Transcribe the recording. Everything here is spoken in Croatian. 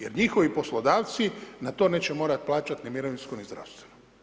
Jer njihovi poslodavci, na to neće morati plaćati ni mirovinsko ni zdravstveno.